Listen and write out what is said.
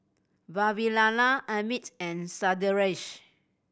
Vavilala Amit and Sundaresh